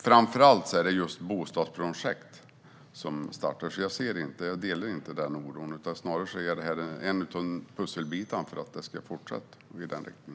Framför allt är det just bostadsprojekt som startar, så jag delar inte oron. Snarare ser jag detta som en av pusselbitarna som gör att det kommer att fortsätta i denna riktning.